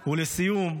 לסיום,